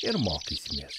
ir mokysimės